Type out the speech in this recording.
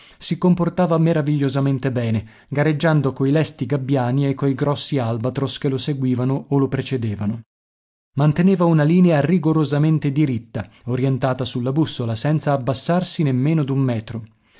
si comportava meravigliosamente bene gareggiando coi lesti gabbiani e coi grossi albatros che lo seguivano o lo precedevano manteneva una linea rigorosamente diritta orientata sulla bussola senza abbassarsi nemmeno d'un metro